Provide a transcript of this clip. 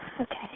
okay